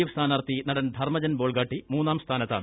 F സ്ഥാനാർത്ഥി നടൻ ധർമജൻ ബോൾഗാട്ടി മുന്നാം സ്ഥാനത്താണ്